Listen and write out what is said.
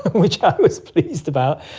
which i was pleased about.